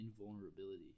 invulnerability